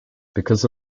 because